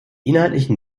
inhaltlichen